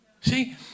See